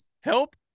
help